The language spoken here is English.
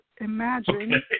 imagine